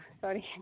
Sorry